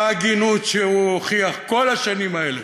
בהגינות שהוא הוכיח כל השנים האלה.